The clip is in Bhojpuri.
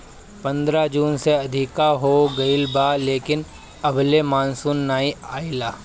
पंद्रह जून से अधिका हो गईल बा लेकिन अबले मानसून नाइ आइल